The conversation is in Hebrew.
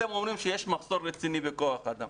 אתם אומרים שיש מחסור רציני בכוח אדם.